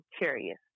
curious